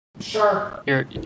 Sure